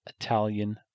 Italian